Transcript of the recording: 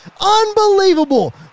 Unbelievable